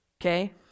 okay